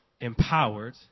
empowered